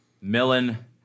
Millen